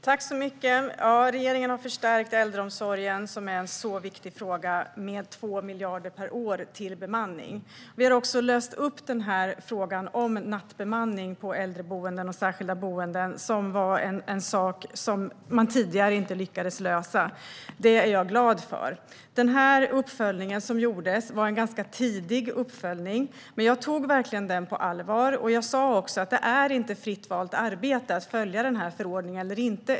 Herr talman! Regeringen har förstärkt äldreomsorgen, som är en mycket viktig fråga, med 2 miljarder per år till bemanning. Vi har också löst frågan om nattbemanning på äldreboenden och särskilda boenden, som man tidigare inte lyckats lösa. Det är jag glad för. Uppföljningen gjordes ganska tidigt, men jag tog den verkligen på allvar och sa också att det inte är fritt valt arbete att följa förordningen.